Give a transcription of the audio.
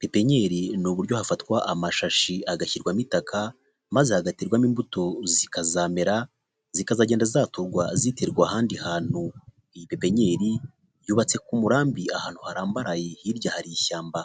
petenyeri ni uburyo hafatwa amashashi agashyirwamo itaka, maze hagaterwamo imbuto zikazamera, zikazagenda zaturwa ziterwa ahandi hantu, iyi pepenyeri yubatse ku murambi ahantu harambaraye, hirya hari ishyamba.